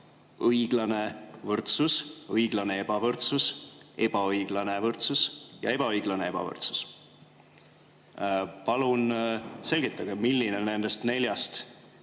õiglane võrdsus, õiglane ebavõrdsus, ebaõiglane võrdsus ja ebaõiglane ebavõrdsus. Palun selgitage, milline nendest neljast